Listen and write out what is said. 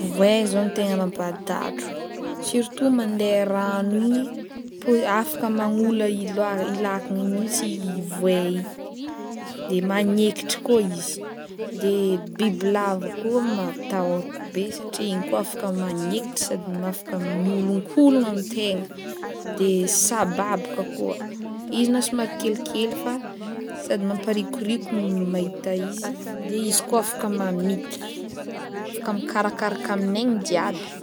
Voay zao no tegna mampatahotro surtout mandeha ragno igny po- afaky magnola i loa- lakagna i mintsy i voay i de magnaikitry koa izy de bibilava koa ma- atahorako be satria igny koa afaka magnaikitry sady mi- afaka miolonkologna amy tegna de sababaka koa izy na somary kelikely fa sady mamparikoriko no mahita izy de izy koa afaka mamitriky afaka mikarakaraka amin'aigny jiaby.